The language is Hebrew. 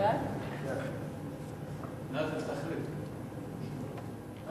ההצעה להעביר את